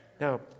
Now